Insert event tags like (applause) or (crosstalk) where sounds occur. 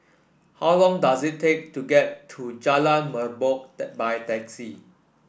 how long does it take to get to Jalan Merbok (unintelligible) by taxi